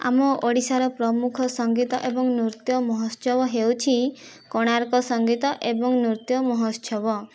ଆମ ଓଡ଼ିଶାର ପ୍ରମୁଖ ସଙ୍ଗୀତ ଏବଂ ନୃତ୍ୟ ମହୋତ୍ସବ ହେଉଛି କୋଣାର୍କ ସଙ୍ଗୀତ ଏବଂ ନୃତ୍ୟ ମହୋତ୍ସବ